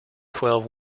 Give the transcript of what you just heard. twelve